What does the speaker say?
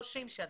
30 שנה.